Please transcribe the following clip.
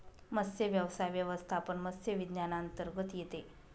मत्स्यव्यवसाय व्यवस्थापन मत्स्य विज्ञानांतर्गत येते